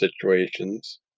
situations